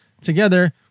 Together